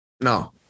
No